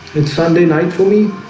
it's sunday night for me